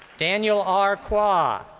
daniel r. qua.